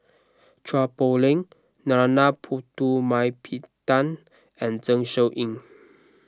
Chua Poh Leng Narana Putumaippittan and Zeng Shouyin